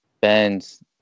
Benz